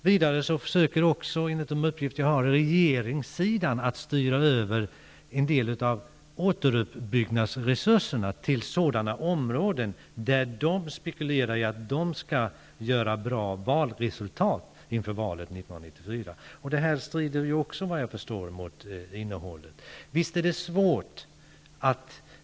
Vidare försöker enligt de uppgifter jag har regeringssidan styra över en del av återuppbyggnadsresurserna till sådana områden där de spekulerar i att de skall göra bra valresultat i valet 1994. Det strider också enligt vad jag förstår mot innehållet i fredsavtalet.